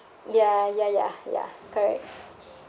ya ya ya ya correct